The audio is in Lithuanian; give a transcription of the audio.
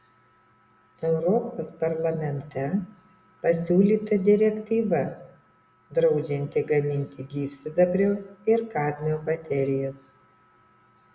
europos parlamente pasiūlyta direktyva draudžianti gaminti gyvsidabrio ir kadmio baterijas